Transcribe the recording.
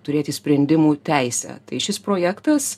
turėti sprendimų teisę tai šis projektas